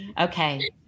Okay